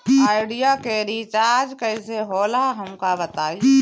Idea के recharge कईसे होला हमका बताई?